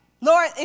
Lord